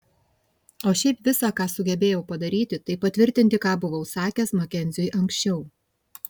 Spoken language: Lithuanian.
o šiaip visa ką sugebėjau padaryti tai patvirtinti ką buvau sakęs makenziui anksčiau